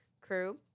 Crew